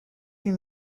huit